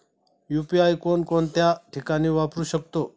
UPI कोणकोणत्या ठिकाणी वापरू शकतो?